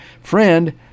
friend